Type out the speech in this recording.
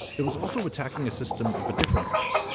it was also attacking a system of a different kind.